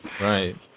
Right